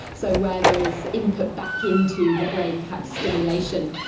so where there is input back into the brain, perhaps stimulation.